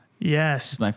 Yes